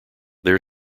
there